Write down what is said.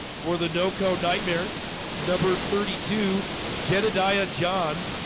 for the naoko nightmare number thirty two jedediah jon